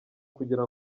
kugira